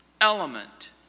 element